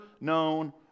known